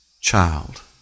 child